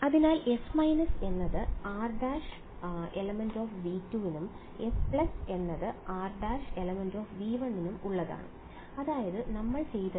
അതിനാൽ S− എന്നത് r′ ∈ V2 നും S എന്നത് r′ ∈ V1 നും ഉള്ളതാണ് അതാണ് നമ്മൾ ചെയ്തത്